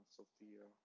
Sophia